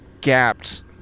gapped